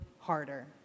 Harder